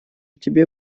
тебе